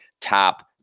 top